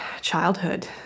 childhood